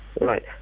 Right